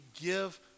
give